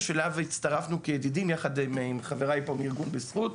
שאליו הצטרפנו כידידים יחד עם חבריי פה מארגון בזכות,